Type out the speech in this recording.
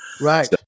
right